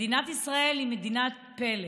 מדינת ישראל היא מדינת פלא.